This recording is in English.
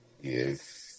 Yes